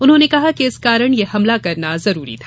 उन्होंने कहा कि इस कारण यह हमला करना जरूरी था